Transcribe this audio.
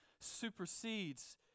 supersedes